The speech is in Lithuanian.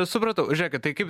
supratau žiūrėkit tai kaip